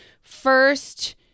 first